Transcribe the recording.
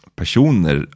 personer